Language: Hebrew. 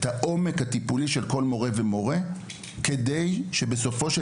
את העומק הטיפולי של כל מורה ומורה כדי שבסופו של